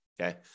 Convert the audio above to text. okay